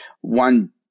one